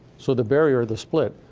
so the barrier, the split,